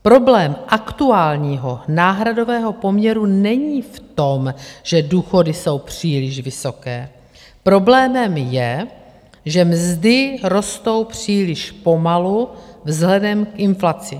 Problém aktuálního náhradového poměru není v tom, že důchody jsou příliš vysoké, problémem je, že mzdy rostou příliš pomalu vzhledem k inflaci.